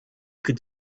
could